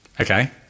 okay